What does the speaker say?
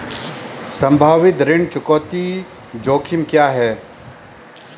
संभावित ऋण चुकौती जोखिम क्या हैं?